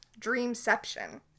Dreamception